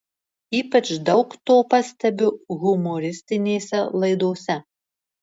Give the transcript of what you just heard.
ypač daug to pastebiu humoristinėse laidose